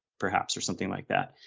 perhaps or something like that,